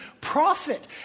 profit